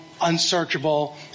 unsearchable